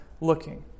looking